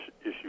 issue